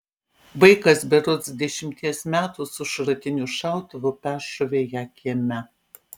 vaikas berods dešimties metų su šratiniu šautuvu peršovė ją kieme